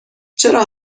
چرا